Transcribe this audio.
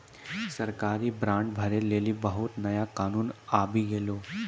सरकारी बांड भरै लेली बहुते नया कानून आबि गेलो छै